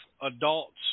adults